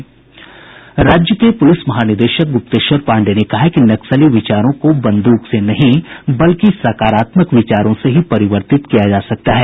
राज्य के प्रलिस महानिदेशक ग्र्प्तेश्वर पांडेय ने कहा है कि नक्सली विचारों को बंद्रक से नहीं बल्कि सकारात्मक विचारों से ही परिवर्तित किया जा सकता है